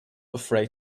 afraid